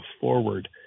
forward